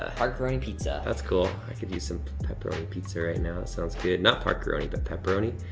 ah parkeroni pizza. that's cool, i could use some pepperoni pizza right now, that sounds good, not parkeroni, but pepperoni.